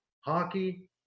hockey